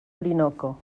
orinoco